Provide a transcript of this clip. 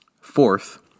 Fourth